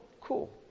cool